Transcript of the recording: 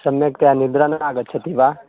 सम्यक्तया निद्रा न आगच्छति वा